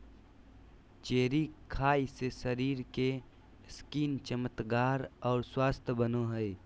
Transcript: cherry खाय से शरीर के स्किन चमकदार आर स्वस्थ बनो हय